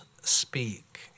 speak